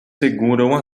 seguram